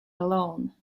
alone